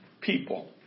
people